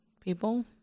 People